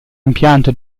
impianto